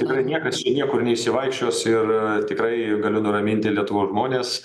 tikrai niekas čia niekur neišsivaikščios ir tikrai galiu nuraminti lietuvos žmones